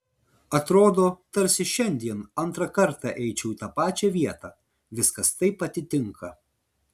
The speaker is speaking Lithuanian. atrodo tarsi šiandien antrą kartą eičiau į tą pačią vietą viskas taip atitinka